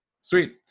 sweet